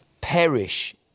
perish